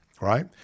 right